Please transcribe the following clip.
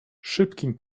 szybkim